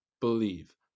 believe